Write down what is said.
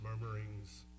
murmurings